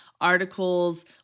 articles